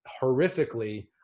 horrifically